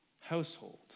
household